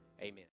Amen